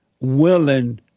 willing